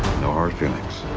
no hard feelings.